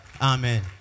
Amen